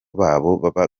baba